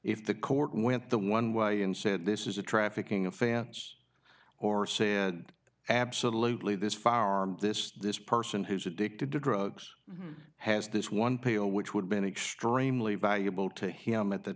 went the one way and said this is a trafficking of fans or said absolutely this far this this person who's addicted to drugs has this one pill which would be an extremely valuable to him at the